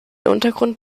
untergrund